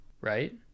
right